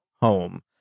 Home